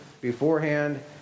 beforehand